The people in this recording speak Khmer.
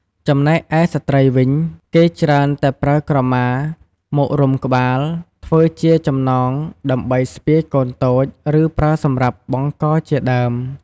ចំណែកឯស្ត្រីវិញ គេច្រើនតែប្រើក្រមាមករុំក្បាល ធ្វើជាចំណងដើម្បីស្ពាយកូនតូច ឬ ប្រើសម្រាប់បង់កជាដើម។